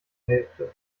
hälfte